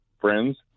friends